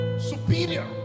superior